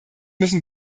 müssen